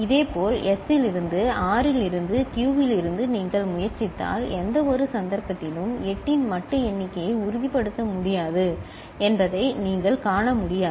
இதேபோல் S இலிருந்து R இலிருந்து Q இலிருந்து நீங்கள் முயற்சித்தால் எந்தவொரு சந்தர்ப்பத்திலும் 8 இன் மட்டு எண்ணிக்கையை உறுதிப்படுத்த முடியாது என்பதை நீங்கள் காண முடியாது